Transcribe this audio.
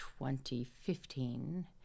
2015